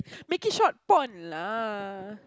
make it short porn lah